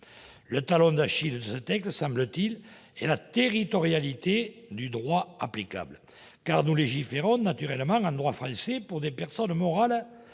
Le talon d'Achille de ce texte, semble-t-il, est la territorialité du droit applicable. Car nous légiférons naturellement en droit français, pour des personnes morales